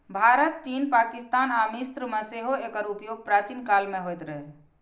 भारत, चीन, पाकिस्तान आ मिस्र मे सेहो एकर उपयोग प्राचीन काल मे होइत रहै